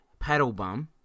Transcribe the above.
Paddlebum